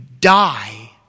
die